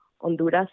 Honduras